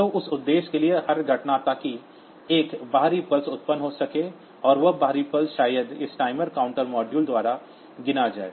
तो इस उद्देश्य के लिए हर घटना ताकि एक बाहरी पल्स उत्पन्न हो सके और वह बाहरी पल्स शायद इस टाइमर काउंटर मॉड्यूल द्वारा गिना जाए